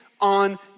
on